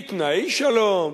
בתנאי שלום,